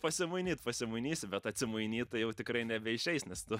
pasimainyt pasimainysi bet atsimainyt tai jau tikrai nebeišeis nes tu